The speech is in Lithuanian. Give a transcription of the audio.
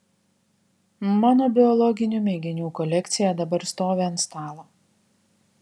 mano biologinių mėginių kolekcija dabar stovi ant stalo